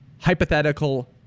hypothetical